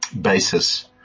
basis